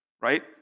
Right